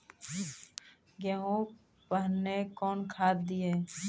गेहूँ पहने कौन खाद दिए?